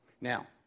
Now